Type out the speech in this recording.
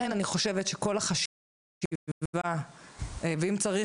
לכן אני חושבת שכל החשיבה ואם צריך